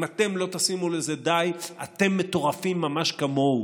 אם אתם לא תשימו לזה סוף אתם מטורפים ממש כמוהו.